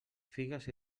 figues